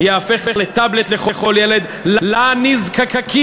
ייהפך ל"טאבלט לכל ילד" לנזקקים,